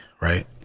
right